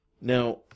Now